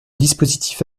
dispositif